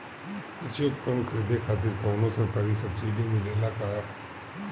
कृषी उपकरण खरीदे खातिर कउनो सरकारी सब्सीडी मिलेला की?